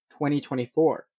2024